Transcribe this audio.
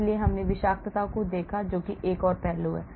इसलिए हमने विषाक्तता को देखा जो एक और पहलू है